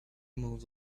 moved